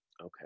Okay